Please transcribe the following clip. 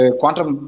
quantum